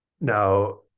Now